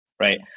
Right